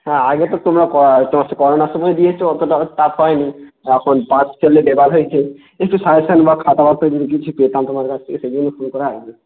হ্যাঁ আগে তো তোমরা কো তোমরা সেই করোনার সময় দিয়েছ অতোটা স্টার্ট হয় নি এখন পাশ ফেলে দেওয়া হয়েছে কিছু সাজেশন বা খাতাপত্র যদি কিছু পেতাম তোমার কাছ থেকে সেই জন্য ফোন করা আর